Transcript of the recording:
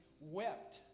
wept